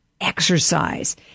exercise